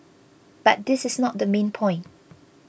but this is not the main point